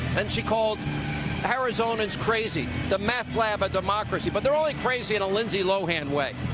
and she called arizonans crazy, the meth lab of democracy but they are only crazy and lindsay lohan way.